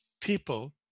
people